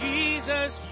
Jesus